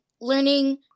learning